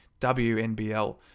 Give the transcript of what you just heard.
WNBL